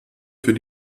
für